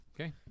Okay